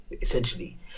essentially